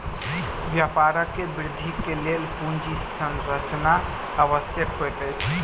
व्यापार वृद्धिक लेल पूंजी संरचना आवश्यक होइत अछि